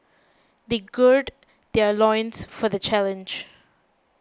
they gird their loins for the challenge